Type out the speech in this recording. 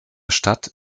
stadt